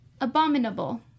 Abominable